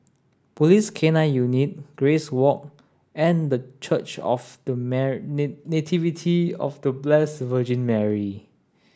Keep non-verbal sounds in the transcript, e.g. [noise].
Police K nine Unit Grace Walk and the Church of The [unintelligible] Nativity of The Blessed Virgin Mary